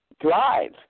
drive